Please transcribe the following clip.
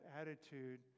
attitude